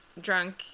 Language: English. drunk